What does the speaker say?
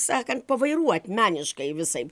sakant pavairuot meniškai visaip